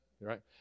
right